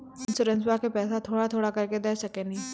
इंश्योरेंसबा के पैसा थोड़ा थोड़ा करके दे सकेनी?